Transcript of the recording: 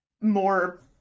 more